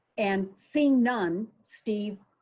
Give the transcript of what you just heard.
and seeing none, steve.